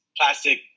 plastic